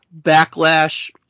Backlash